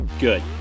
Good